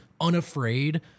unafraid